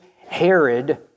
Herod